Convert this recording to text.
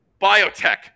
biotech